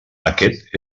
aquest